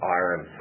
iron